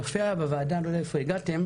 יפה היה בוועדה, אני לא יודע איפה הגעתם,